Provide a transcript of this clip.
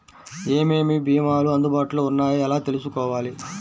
ఏమేమి భీమాలు అందుబాటులో వున్నాయో ఎలా తెలుసుకోవాలి?